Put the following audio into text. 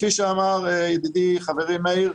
כפי שאמר ידידי וחברי מאיר,